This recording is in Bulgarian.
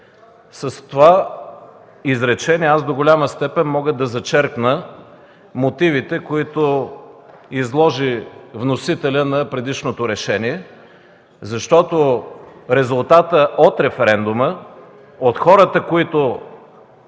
С това изречение аз до голяма степен мога да зачеркна мотивите, които изложи вносителят на предишното решение, защото резултата от референдума, от хората, които